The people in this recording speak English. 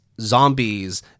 zombies